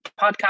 podcast